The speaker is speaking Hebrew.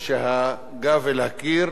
כשהגב אל הקיר.